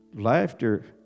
laughter